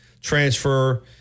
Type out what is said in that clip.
transfer